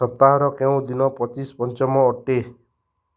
ସପ୍ତାହର କେଉଁ ଦିନ ପଚିଶ ପଞ୍ଚମ ଅଟେ